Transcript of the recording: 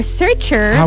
searcher